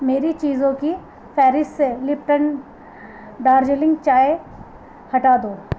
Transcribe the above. میری چیزوں کی فہرست سے لپٹن دارجیلنگ چائے ہٹا دو